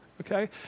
Okay